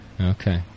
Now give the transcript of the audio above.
Okay